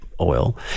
oil